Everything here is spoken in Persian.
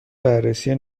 بررسی